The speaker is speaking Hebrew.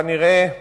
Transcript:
כנראה,